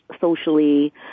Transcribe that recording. socially